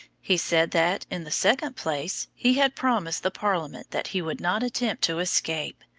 he said that, in the second place, he had promised the parliament that he would not attempt to escape,